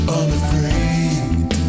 unafraid